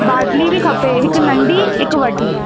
बाटिली बि खपे हिक नंढी हिक वॾी